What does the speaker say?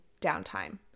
downtime